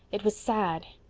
it was sad,